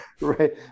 right